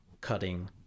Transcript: cutting